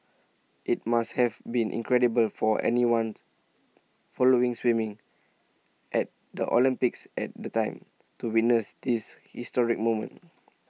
IT must have been incredible for anyone following swimming at the Olympics at the time to witness this historic moment